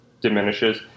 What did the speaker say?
diminishes